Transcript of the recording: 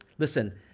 Listen